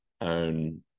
own